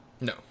No